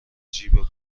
جیب